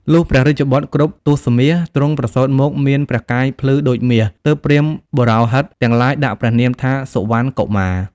លុះព្រះរាជបុត្រគ្រប់ទសមាស ទ្រង់ប្រសូតមកមានព្រះកាយភ្លឺដូចមាសទើបព្រហ្មណ៍បុរោហិតទាំងឡាយដាក់ព្រះនាមថាសុវណ្ណកុមារ។